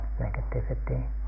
negativity